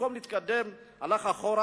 במקום להתקדם, הלך אחורה.